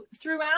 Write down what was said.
throughout